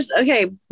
Okay